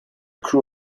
crew